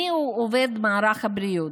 מיהו עובד מערך הבריאות?